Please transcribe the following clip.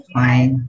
fine